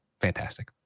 Fantastic